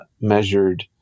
measured